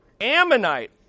Ammonite